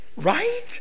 Right